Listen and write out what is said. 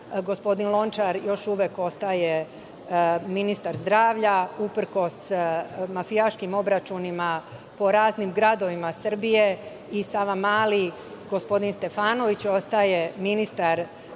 gospodin Lončar još uvek ostaje ministar zdravlja, uprkos mafijaškim obračunima po raznima gradovima Srbije, i Savamali gospodin Stefanović ostaje ministar MUP